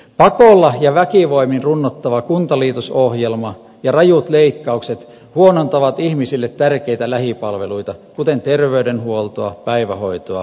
pakolla ja väkivoimin runnottava kuntaliitosohjelma ja rajut leikkaukset huonontavat ihmisille tärkeitä lähipalveluita kuten terveydenhuoltoa päivähoitoa vanhustenhoitoa